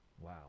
Wow